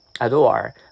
Adore